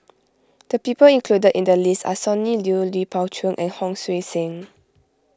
the people included in the list are Sonny Liew Lui Pao Chuen and Hon Sui Sen